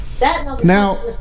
Now